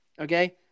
okay